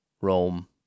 Rome